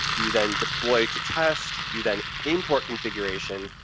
you then deploy to test, you then import configuration,